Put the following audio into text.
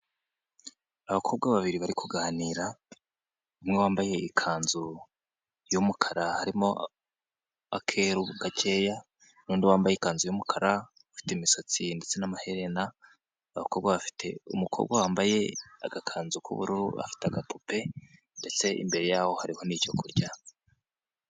Abakobwa babiri bari kuganira umwe wambaye ikanzu y'umukara harimo akeru gakeya, n'undi wambaye ikanzu y'umukara ufite imisatsi ndetse n'amaherena, abakobwa bafite umukobwa wambaye agakanzu k'ubururu afite agapupe ndetse imbere y'aho hariho n'icyo kurya.